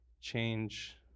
change